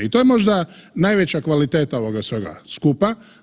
I to je možda najveća kvaliteta ovoga svega skupa.